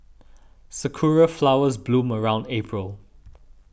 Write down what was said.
sakura flowers bloom around April